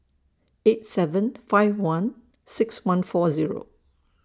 eight seven five one six one four Zero